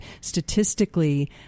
statistically